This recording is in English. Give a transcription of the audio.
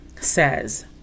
says